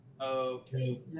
okay